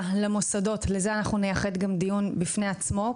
למוסדות לזה אנחנו נייחד בוועדה הזאת דיון בפני עצמו,